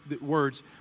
words